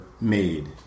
made